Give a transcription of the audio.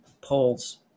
polls